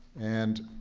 and